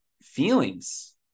feelings